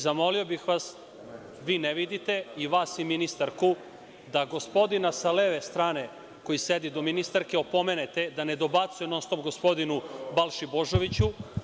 Zamolio bih vas, vi ne vidite, i ministarku da gospodina sa leve strane, koji sedi do ministarke, opomenete da ne dobacuje non-stop gospodinu Balši Božoviću.